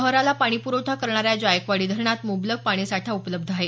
शहराला पाणी पुखठा करणाऱ्या जायकवाडी धरणात मुबलक पाणीसाठा उपलब्ध आहे